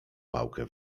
pałkę